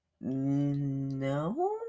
no